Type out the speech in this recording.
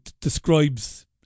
describes